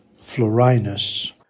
Florinus